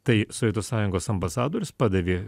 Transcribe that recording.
tai sovietų sąjungos ambasadorius padavė